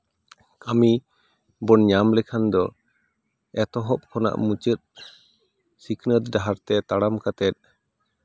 ᱠᱟᱹᱢᱤ ᱵᱚᱱ ᱧᱟᱢ ᱞᱮᱠᱷᱟᱱ ᱫᱚ ᱮᱛᱚᱦᱚᱵ ᱠᱷᱚᱱᱟᱜ ᱢᱩᱪᱟᱹᱫ ᱥᱤᱠᱷᱱᱟᱹᱛ ᱰᱟᱦᱟᱨ ᱛᱮ ᱛᱟᱲᱟᱢ ᱠᱟᱛᱮ